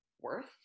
worth